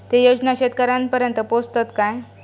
ते योजना शेतकऱ्यानपर्यंत पोचतत काय?